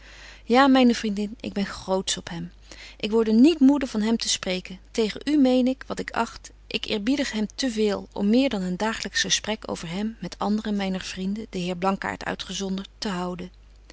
ja myne vriendin ik ben grootsch op hem ik worde niet moede van hem te spreken tegen u meen ik want ik acht ik eerbiedig hem te veel om meer dan een daaglyks gesprek over hem met andere myner vrienden den heer blankaart uitgezondert te houden